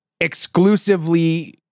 exclusively